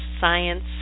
science